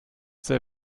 sehr